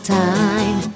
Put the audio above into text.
time